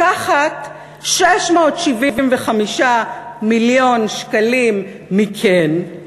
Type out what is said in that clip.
לקחת 675 מיליון שקלים מכן,